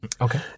okay